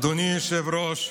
אדוני היושב-ראש,